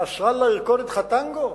נסראללה ירקוד אתך טנגו?